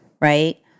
Right